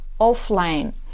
offline